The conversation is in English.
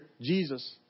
Jesus